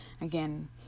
Again